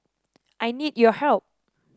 I need your help